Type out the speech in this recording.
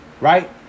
right